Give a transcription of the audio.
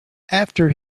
after